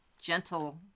gentle